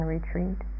retreat